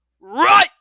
Right